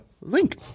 link